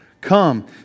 Come